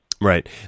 Right